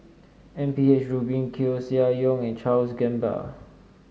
M P H Rubin Koeh Sia Yong and Charles Gamba